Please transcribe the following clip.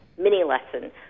mini-lesson